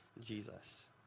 Jesus